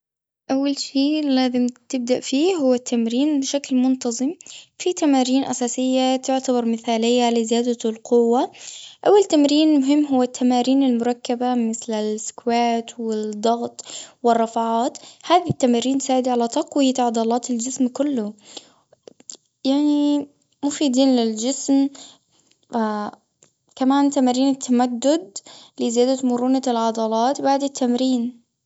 أول شي لازم تبدأ فيه هو التمرين بشكل منتظم. في تمارين أساسية، تعتبر مثالية لزيادة القوة. أول تمرين مهم، هو التمارين المركبة مثل الإسكواد، والضغط، والرافعات. هذه التمارين تساعد على تقوية عضلات الجسم كله. يعني مفيدة للجسم. كمان تمارين التمدد، لزيادة مرونة العضلات بعد التمرين.